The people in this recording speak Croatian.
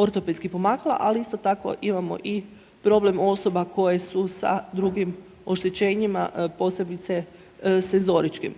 ortopedskih pomagala ali isto tako imamo i problem osoba koje su sa drugim oštećenjima, posebice senzoričkim.